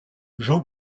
jean